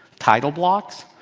title blocks.